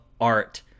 art